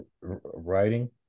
writing